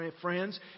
friends